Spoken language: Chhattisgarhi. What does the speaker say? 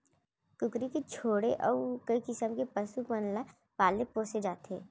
कुकरी के छोड़े अउ कई किसम के पसु मन ल पाले पोसे जाथे